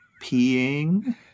Peeing